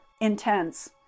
intense